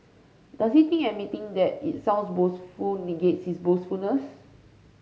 does he think admitting that it sounds boastful negates his boastfulness